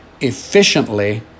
efficiently